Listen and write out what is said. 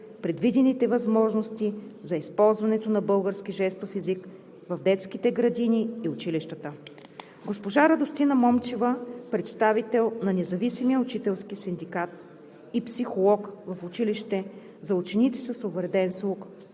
предвидените възможности за използването на български жестов език в детските градини и училищата. Госпожа Радостина Момчева, представител на Независимия учителски синдикат и психолог в училище за ученици с увреден слух,